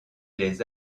les